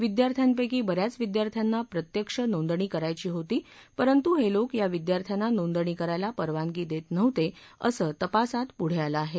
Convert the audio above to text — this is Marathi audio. विद्यार्थ्यांपैकी बऱ्याच विद्यार्थ्यांना प्रत्यक्ष नोंदणी करायची होती परंतु हे लोक या विद्यार्थ्यांना नोंदणी करायला परवानगी देत नव्हते असं तपासात पुढं आलं आहे